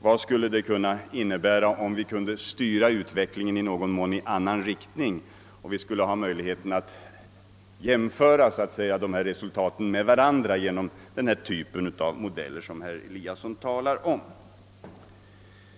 Vad skulle det innebära, om vi kunde styra utvecklingen i någon mån i annan riktning och ha möjlighet att jämföra resultaten med varandra genom denna typ av modeller som herr Eliasson talar om?